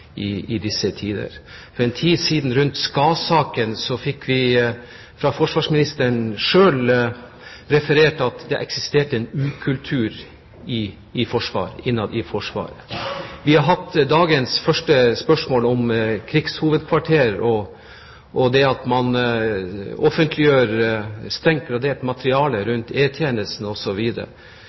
disse tider. For en tid siden, rundt Skah-saken, fikk vi fra forsvarsministeren selv høre at det eksisterte en ukultur innad i Forsvaret. Vi har hatt dagens første spørsmål om krigshovedkvarter og det at man offentliggjør strengt gradert materiale rundt